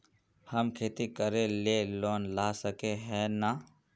हम खेती करे ले लोन ला सके है नय?